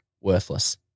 worthless